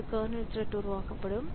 ஒரு kernel thread உருவாக்கப்படும்